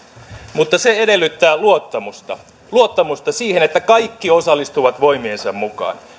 mutta se edellyttää luottamusta luottamusta siihen että kaikki osallistuvat voimiensa mukaan